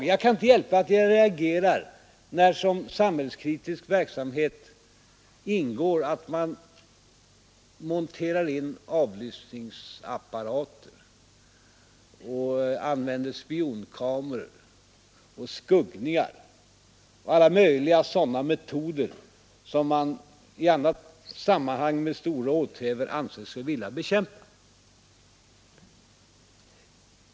Men jag kan inte hjälpa att jag reagerar när det i samhällskritisk verksamhet ingår att man monterar in avlyssningsapparater, använder spionkameror, gör skuggningar och utnyttjar alla möjliga metoder som man i annat sammanhang med stora åthävor säger sig vilja bekämpa.